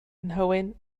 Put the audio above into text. nhywyn